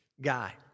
guy